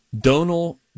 Donal